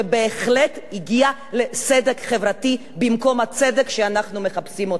שבהחלט הגיעה לסדק חברתי במקום הצדק שאנחנו מחפשים.